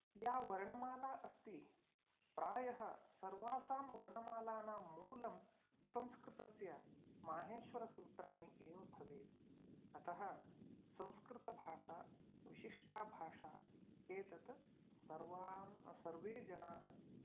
या वर्णमाला अस्ति प्रायः सर्वासां वर्णमालानां मूलं संस्कृतस्य माहेश्वरसूत्राणि एव भवेत् अतः संस्कृतभाषा विशिष्टा भाषा एतत् सर्वां सर्वे जनाः